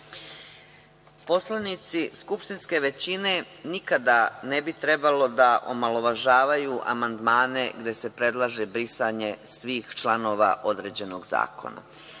Poslanici skupštinske većine nikada ne bi trebalo da omalovažavaju amandmane gde se predlaže brisanje svih članova određenog zakona.